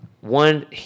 one